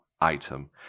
item